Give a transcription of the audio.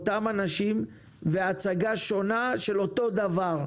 אותם אנשים והצגה שונה של אותו דבר.